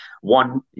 one